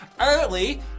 early